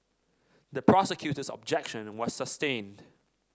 the prosecutor's objection was sustained